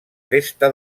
festa